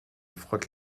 frotte